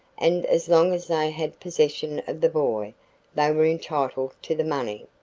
and as long as they had possession of the boy they were entitled to the money.